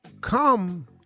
come